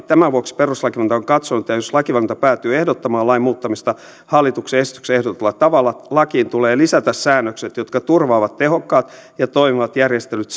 tämän vuoksi perustuslakivaliokunta on katsonut että jos lakivaliokunta päätyy ehdottamaan lain muuttamista hallituksen esityksessä ehdotetulla tavalla lakiin tulee lisätä säännökset jotka turvaavat tehokkaat ja toimivat järjestelyt